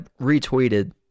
retweeted